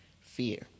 fear